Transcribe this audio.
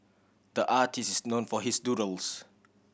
the artist is known for his doodles